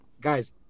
Guys